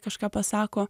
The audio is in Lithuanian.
kažką pasako